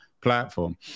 platform